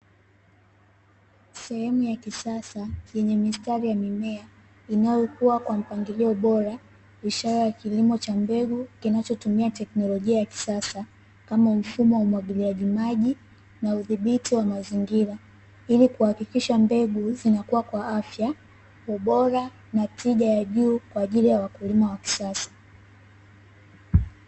Sehemu ya kisasa yenye mistari ya mimea inayokuwa kwa mpangilio bora, ishara ya kilimo cha mbegu kinachotumia teknolojia ya kisasa kama mfumo wa umwagiliaji maji na udhibiti wa mazingira. Ili kuhakikisha mbegu zinakuwa kwa afya, ubora na tija ya juu kwa ajili ya wakulima wa kisasa.